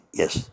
yes